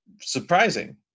surprising